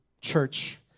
church